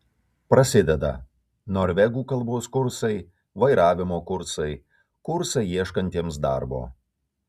prasideda norvegų kalbos kursai vairavimo kursai kursai ieškantiems darbo